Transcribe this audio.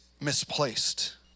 misplaced